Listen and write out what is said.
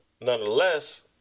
nonetheless